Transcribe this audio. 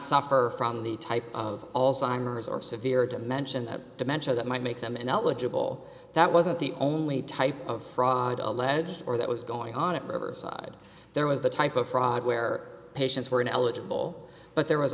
suffer from the type of all signers or severe dimension of dementia that might make them ineligible that wasn't the only type of fraud alleged or that was going on at riverside there was the type of fraud where patients were ineligible but there was